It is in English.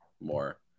more